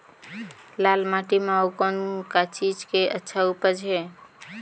लाल माटी म अउ कौन का चीज के अच्छा उपज है?